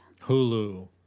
Hulu